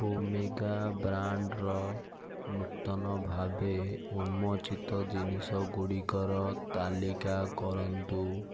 omega ବ୍ରାଣ୍ଡ୍ର ନୂତନ ଭାବେ ଉନ୍ମୋଚିତ ଜିନିଷ ଗୁଡ଼ିକର ତାଲିକା କରନ୍ତୁ